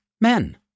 men